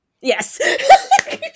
Yes